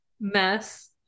mess